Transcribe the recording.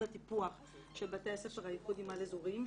טיפוח של בתי הספר הייחודיים על-אזוריים,